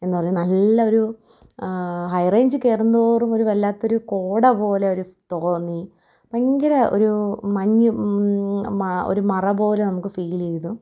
എന്നു പറഞ്ഞു നല്ലൊരു ഹൈ റേൻജ് കയറുംതോറും ഒരു വല്ലാത്തൊരു കോട പോലെ ഒരു തോന്നി ഭയങ്കര ഒരു മഞ്ഞ് ഒരു മറ പോല നമുക്ക് ഫിലീതു